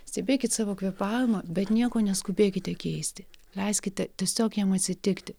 stebėkit savo kvėpavimą bet nieko neskubėkite keisti leiskite tiesiog jam atsitikti